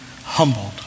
humbled